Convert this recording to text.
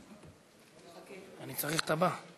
את הצעת חוק ייעול האכיפה והפיקוח